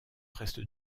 reste